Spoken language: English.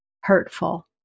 hurtful